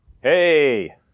Hey